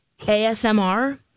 ASMR